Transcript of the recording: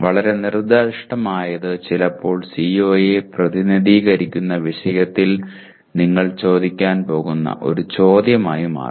വളരെ നിർദ്ദിഷ്ടമായത് ചിലപ്പോൾ CO യെ പ്രതിനിധീകരിക്കുന്ന വിഷയത്തിൽ നിങ്ങൾ ചോദിക്കാൻ പോകുന്ന ഒരു ചോദ്യമായി മാറും